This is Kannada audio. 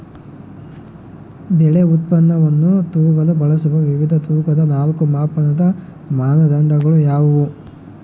ಬೆಳೆ ಉತ್ಪನ್ನವನ್ನು ತೂಗಲು ಬಳಸುವ ವಿವಿಧ ತೂಕದ ನಾಲ್ಕು ಮಾಪನದ ಮಾನದಂಡಗಳು ಯಾವುವು?